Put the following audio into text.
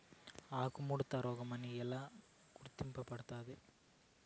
ఆకుముడత రోగం అని ఎలా గుర్తుపడతారు?